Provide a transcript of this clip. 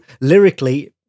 lyrically